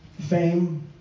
fame